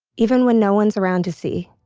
even when no one's around to see